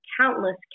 countless